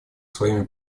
своими